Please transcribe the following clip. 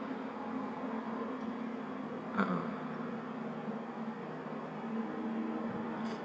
(uh huh)